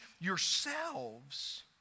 yourselves